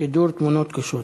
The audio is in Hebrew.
שידור תמונות קשות,